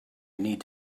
need